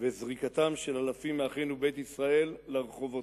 וזריקתם של אלפים מאחינו בית ישראל לרחובות.